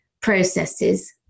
processes